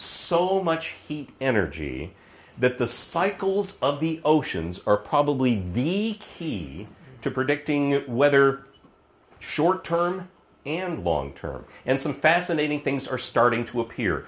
so much heat energy that the cycles of the oceans are probably de key to predicting whether short term and long term and some fascinating things are starting to appear